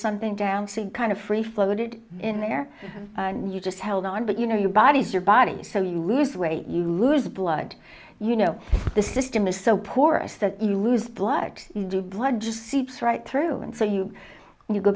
something down to kind of free float it in there and you just held on but you know you body's your body so you lose weight you lose blood you know the system is so poor is that you lose plug in the blood just sits right through and so you you go